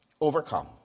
Overcome